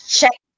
check